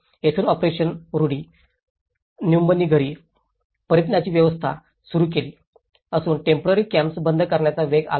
येथून operation Rudi Nyumbani घरी परतीची व्यवस्था सुरू केली असून टेम्पोरारी कॅम्प्स बंद करण्यास वेग आला आहे